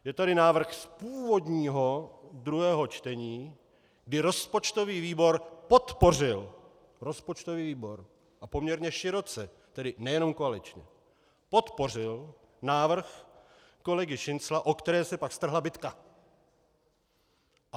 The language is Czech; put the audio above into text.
Je tady návrh z původního druhého čtení, kdy rozpočtový výbor podpořil rozpočtový výbor, a poměrně široce, tedy nejenom koaličně podpořil návrh kolegy Šincla, o který se pak strhla bitka.